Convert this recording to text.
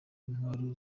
intwaro